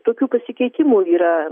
tokių pasikeitimų yra